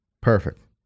Perfect